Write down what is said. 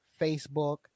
Facebook